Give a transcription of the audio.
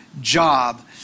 job